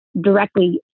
directly